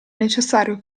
necessario